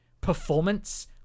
performance